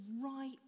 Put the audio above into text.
right